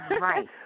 Right